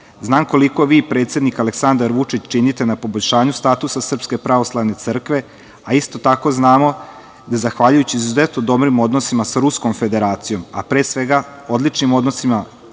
Znam koliko vi i predsednik Aleksandar Vučić činite na poboljšanju statusa Srpske pravoslavne crkve, a isto tako znamo da zahvaljujući izuzetno dobrim odnosima sa Ruskom Federacijom, a pre svega odličnim odnosima